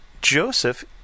Joseph